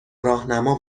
راهنما